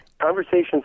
Conversations